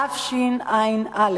תשע"א.